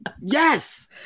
Yes